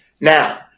Now